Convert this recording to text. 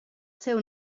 seu